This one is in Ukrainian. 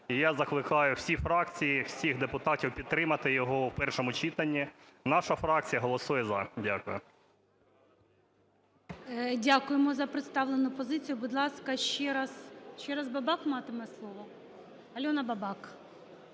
я закликаю всі фракції, всіх депутатів підтримати його у першому читанні. Наша фракція голосує "за". Дякую. ГОЛОВУЮЧИЙ. Дякуємо за представлену позицію. Будь ласка, ще раз, ще раз Бабак матиме слово? Альона Бабак.